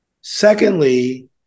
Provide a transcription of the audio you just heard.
Secondly